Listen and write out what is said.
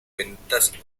ventas